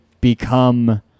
become